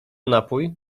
napój